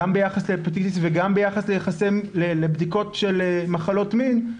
גם ביחס להפטיטיס וגם ביחס לבדיקות של מחלות מין,